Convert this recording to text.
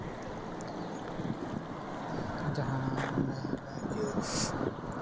ᱡᱟᱦᱟᱸ ᱢᱟᱱᱮ ᱤᱭᱟᱹ